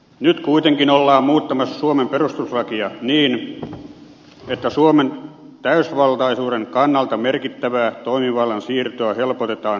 nyt kuitenkin ollaan muuttamassa suomen perustuslakia niin että suomen täysivaltaisuuden kannalta merkittävää toimivallan siirtoa helpotetaan huomattavasti